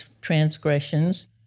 transgressions